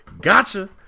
Gotcha